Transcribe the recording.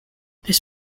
this